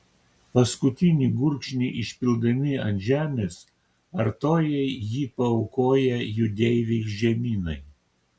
paskutinį gurkšnį išpildami ant žemės artojai jį paaukojo jų deivei žemynai